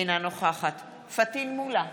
אינה נוכחת פטין מולא,